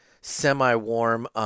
semi-warm